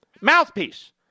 Mouthpiece